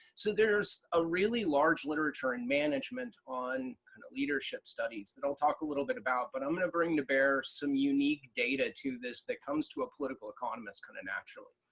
so there's a really large literature in management on kind of leadership studies that i'll talk a little bit about, but i'm going to bring to bear some unique data to this that comes to a political economist kind of naturally.